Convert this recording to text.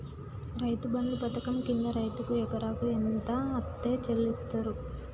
రైతు బంధు పథకం కింద రైతుకు ఎకరాకు ఎంత అత్తే చెల్లిస్తరు?